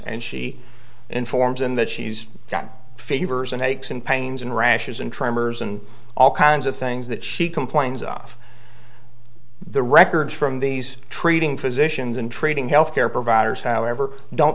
and she informs them that she's got fevers and aches and pains and rashes and tremors and all kinds of things that she complains off the record from these treating physicians and treating health care providers however don't